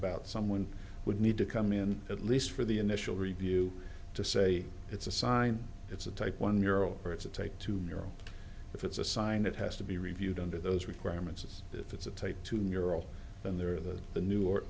about someone would need to come in at least for the initial review to say it's a sign it's a type one mural or it's a take tomorrow if it's assigned it has to be reviewed under those requirements if it's a type two neural then there are those the new or